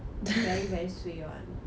very very suay one